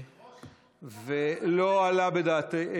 ולא עלה בדעתי,